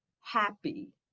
happy